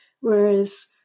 whereas